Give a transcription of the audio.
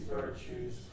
virtues